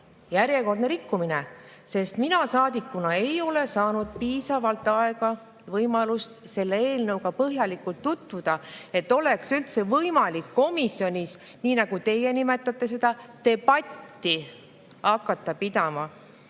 Järjekordne rikkumine! Sest mina saadikuna ei ole saanud piisavalt aega, võimalust selle eelnõuga põhjalikult tutvuda, et oleks üldse võimalik komisjonis, nii nagu teie seda nimetate, debatti hakata pidama.